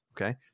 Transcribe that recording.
okay